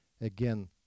again